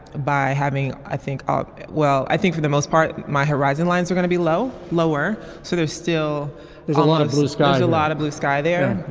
by having i think ah well i think for the most part my horizon lines are gonna be low lower. so there's still there's a lot of blue sky a lot of blue sky there.